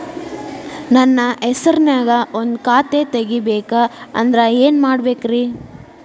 ನನ್ನ ಹೆಸರನ್ಯಾಗ ಒಂದು ಖಾತೆ ತೆಗಿಬೇಕ ಅಂದ್ರ ಏನ್ ಮಾಡಬೇಕ್ರಿ?